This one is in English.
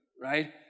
right